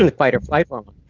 fight or flight hormone.